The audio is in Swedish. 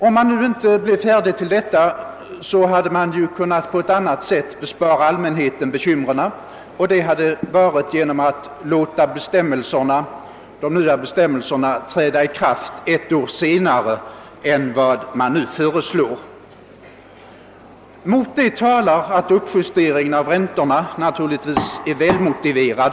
När man nu inte blev färdig med förslaget i tillräckligt god tid, hade man kunnat bespara allmänheten bekymmer genom att låta de nya bestämmelserna träda i kraft ett år senare än vad som nu föreslås. Mot det talar att uppjuste ringen av räntorna naturligtvis är välmotiverad.